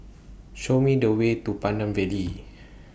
Show Me The Way to Pandan Valley